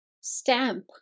stamp